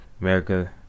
America